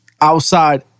outside